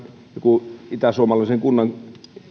kun itäsuomalaisen kunnan